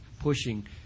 pushing